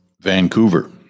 Vancouver